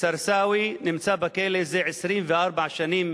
סרסאווי נמצא בכלא זה 24 שנים,